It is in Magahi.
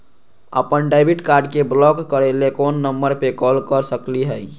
अपन डेबिट कार्ड के ब्लॉक करे ला कौन नंबर पे कॉल कर सकली हई?